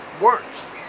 works